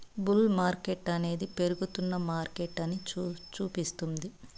bull మార్కెట్టనేది పెరుగుతున్న మార్కెటని సూపిస్తుంది